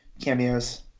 cameos